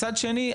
מצד שני,